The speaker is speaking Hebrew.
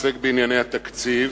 העוסק בענייני התקציב.